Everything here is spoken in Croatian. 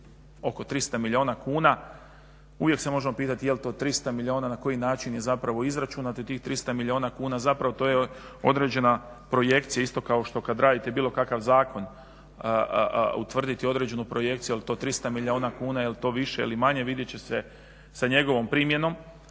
oko 300 milijuna kuna. Uvijek se možemo pitati je li to 300 milijuna, na koji način je zapravo izračunato i tih 300 milijuna kuna zapravo to je određena projekcija isto kao što kada radite bilo kakav zakon utvrditi određenu projekciju je li to 300 milijuna kuna, je li to više ili manje, vidjeti će se sa njegovom primjenom.